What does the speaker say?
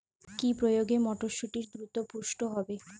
কি প্রয়োগে মটরসুটি দ্রুত পুষ্ট হবে?